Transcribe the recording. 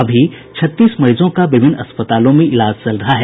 अभी छत्तीस मरीजों का विभिन्न अस्पतालों में इलाज चल रहा है